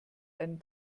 einen